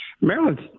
Maryland